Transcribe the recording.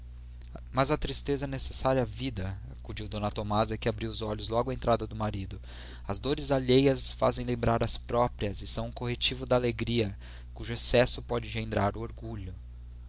mas a tristeza é necessária à vida acudiu d tomásia que abrira os olhos logo à entrada do marido as dores alheias fazem lembrar as próprias e são um corretivo da alegria cujo excesso pode engendrar o orgulho